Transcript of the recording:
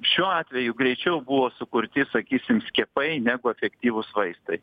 šiuo atveju greičiau buvo sukurti sakysim skiepai negu efektyvūs vaistai